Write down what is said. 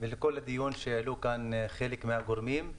ולכל הדיון שהעלו כאן חלק מהגורמים.